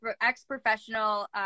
ex-professional